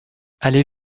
allez